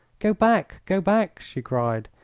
go back! go back! she cried.